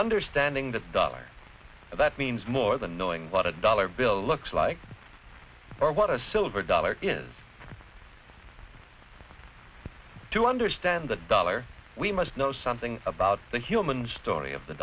understanding the dollar that means more than knowing what a dollar bill looks like or what a silver dollar is to understand the dollar we must know something about the human story of the